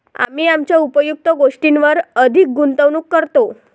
आम्ही आमच्या उपयुक्त गोष्टींवर अधिक गुंतवणूक करतो